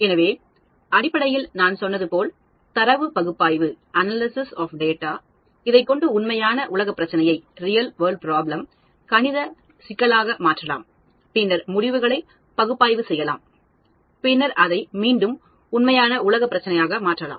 எனவே அடிப்படையில் நான் சொன்னது போல் தரவு பகுப்பாய்வு இதைக்கொண்டு உண்மையான உலகப் பிரச்சினையை கணித சிக்கலாக மாற்றலாம் பின்னர் முடிவுகளை பகுப்பாய்வு செய்யலாம் பின்னர் அதை மீண்டும் உண்மையான உலகப் பிரச்சினையாக மாற்றலாம்